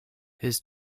his